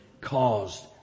caused